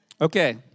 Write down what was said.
Okay